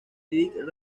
ibn